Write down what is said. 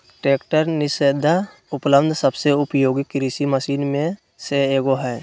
tractor निस्संदेह उपलब्ध सबसे उपयोगी कृषि मशीन में से एगो हइ